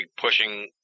pushing